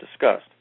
discussed